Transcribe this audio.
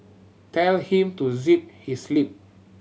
tell him to zip his lip